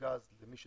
גז למי שצריך,